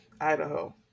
Idaho